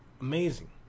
amazing